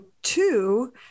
Two